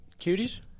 Cuties